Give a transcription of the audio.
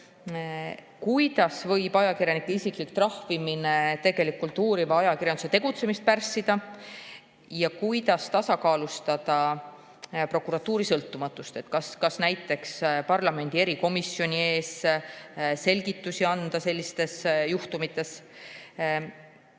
Kuidas võib ajakirjaniku isiklik trahvimine tegelikult uuriva ajakirjanduse tegutsemist pärssida? Kuidas tasakaalustada prokuratuuri sõltumatust, kas näiteks parlamendi erikomisjoni ees tuleks selliste juhtumite